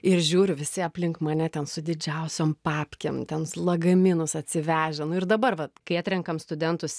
ir žiūriu visi aplink mane ten su didžiausiom papkėm ten lagaminus atsivežę nu ir dabar vat kai atrenkam studentus